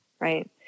Right